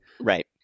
Right